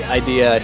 idea